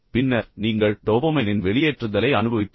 பின்னர் நீங்கள் டோபோமைனின் வெளியேற்றுதலை அனுபவிப்பீர்கள்